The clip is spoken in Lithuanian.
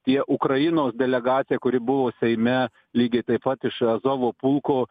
tie ukrainos delegacija kuri buvo seime lygiai taip pat iš azovo pulko